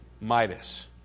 Midas